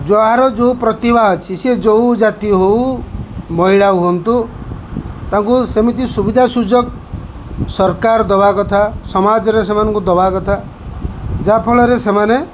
ଯାହାର ଯେଉଁ ପ୍ରତିଭା ଅଛି ସେ ଯେଉଁ ଜାତି ହେଉ ମହିଳା ହୁଅନ୍ତୁ ତାଙ୍କୁ ସେମିତି ସୁବିଧା ସୁଯୋଗ ସରକାର ଦେବା କଥା ସମାଜରେ ସେମାନଙ୍କୁ ଦେବା କଥା ଯାହାଫଳରେ ସେମାନେ